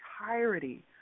entirety